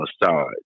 massage